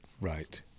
Right